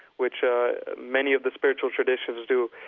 which many of the spiritual traditions do.